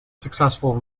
successful